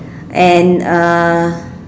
and uh